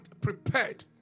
prepared